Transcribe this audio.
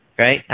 right